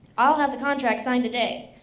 i'll have the contract signed today.